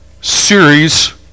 series